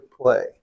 play